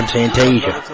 Santasia